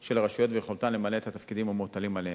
של הרשויות ואת יכולתן למלא את התפקידים המוטלים עליהן.